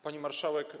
Pani Marszałek!